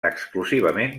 exclusivament